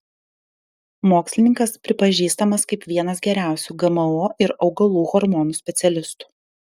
mokslininkas pripažįstamas kaip vienas geriausių gmo ir augalų hormonų specialistų